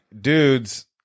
dudes